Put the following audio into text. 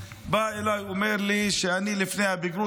בא אליי ואומר לי: אני לפני הבגרות